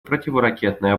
противоракетной